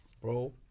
bro